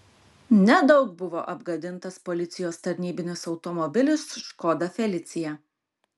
nedaug buvo apgadintas policijos tarnybinis automobilis škoda felicia